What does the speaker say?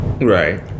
Right